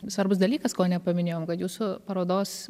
svarbus dalykas ko nepaminėjom kad jūsų parodos